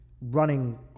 running